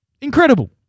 incredible